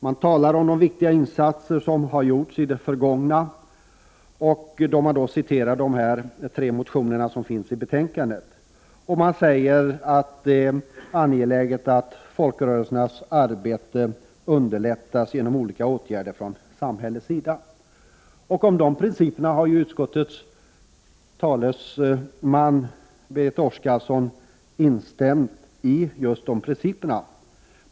Man talar om de viktiga insatser som har gjorts i det förgångna samt citerar de tre motioner som behandlas i betänkandet. Kulturutskottet säger att det är angeläget att folkrörelsernas arbete underlättas genom olika åtgärder från samhällets sida. Dessa principer har utskottets företrädare Berit Oscarsson anslutit sig till under debatten här.